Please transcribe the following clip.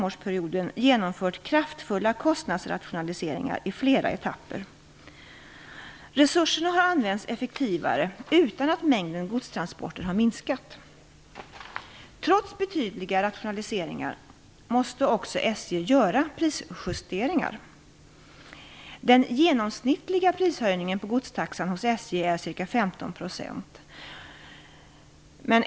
årsperioden genomfört kraftfulla kostnadsrationaliseringar i flera etapper. Resurserna har använts effektivare utan att mängden godstransporter har minskat. Trots betydande rationaliseringar måste också SJ göra prisjusteringar. SJ är ca 15 %.